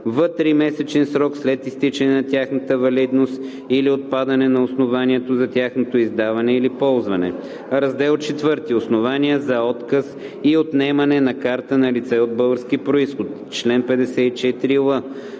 в тримесечен срок след изтичане на тяхната валидност или отпадане на основанието за тяхното издаване или ползване. Раздел IV Основания за отказ и отнемане на карта на лице от български произход Чл. 54л.